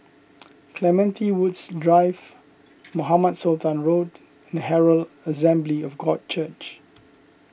Clementi Woods Drive Mohamed Sultan Road and Herald Assembly of God Church